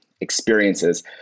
experiences